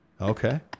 Okay